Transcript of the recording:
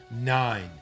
Nine